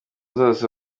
zose